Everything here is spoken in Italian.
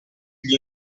gli